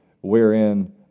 wherein